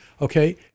okay